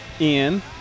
Ian